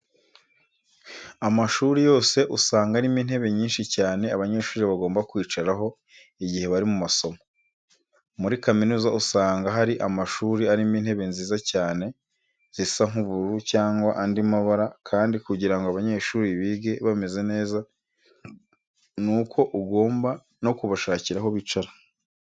Amashuri yose usanga arimo intebe nyinshi cyane abanyeshuri bagomba kwicaraho igihe bari mu masomo. Muri kaminuza usanga hari amashuri arimo intebe nziza cyane zisa nk'ubururu cyangwa andi mabara kandi kugira ngo abanyeshuri bige bameze neza ni uko ugomba no kubashakira aho bicara.